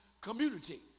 community